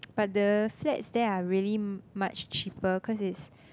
but the flats there are really much cheaper cause it's